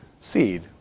seed